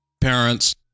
parents